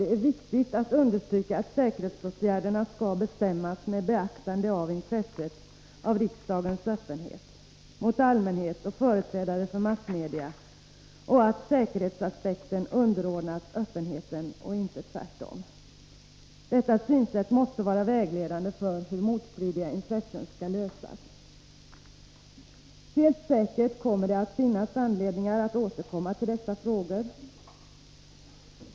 Det är viktigt att understryka att säkerhetsåtgärderna skall bestämmas med beaktande av intresset av riksdagens öppenhet mot allmänheten och företrädare för massmedia och att säkerhetsaspekten underordnas öppenheten och inte tvärtom. Detta synsätt måste vara vägledande för hur frågan om motstridiga intressen skall lösas. Helt säkert kommer det att finnas anledning att återkomma till dessa frågor.